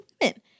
women